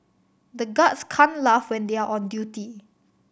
the guards can't laugh when they are on duty